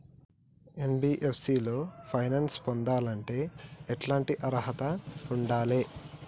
NBFC లో finance పొందాలంటే ఎట్లాంటి అర్హత ఉండాలే?